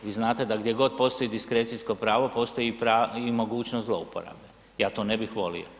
Vi znate da gdje god postoji diskrecijsko pravo postoji mogućnost i zlouporabe, ja to ne bih volio.